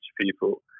people